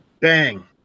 Bang